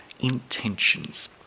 Intentions